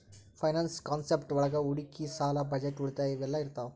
finance concept ಒಳಗ ಹೂಡಿಕಿ ಸಾಲ ಬಜೆಟ್ ಉಳಿತಾಯ ಇವೆಲ್ಲ ಇರ್ತಾವ